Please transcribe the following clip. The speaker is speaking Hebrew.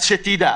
אז שתדע.